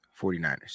49ers